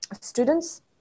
students